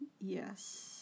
Yes